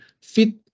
fit